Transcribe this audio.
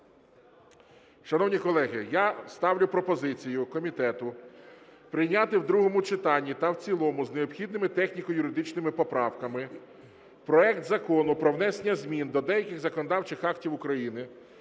Шановні колеги, я ставлю пропозицію комітету прийняти в другому читанні та в цілому з необхідними техніко-юридичними поправками проект Закону про внесення змін до деяких законодавчих актів України